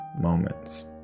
moments